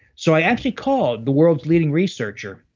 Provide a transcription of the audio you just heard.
so i actually called the world's leading researcher,